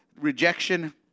rejection